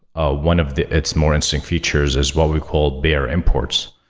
ah one of its more instinct features is what we call bear imports.